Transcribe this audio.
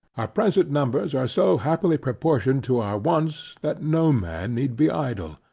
our present numbers are so happily proportioned to our wants, that no man need be idle.